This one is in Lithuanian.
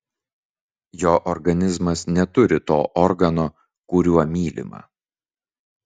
jo organizmas neturi to organo kuriuo mylima